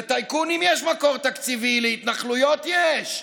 לטייקונים יש מקור תקציבי, להתנחלויות יש.